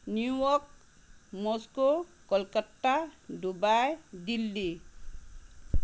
New York Moscow Kolkata Dubai Delhi